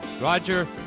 Roger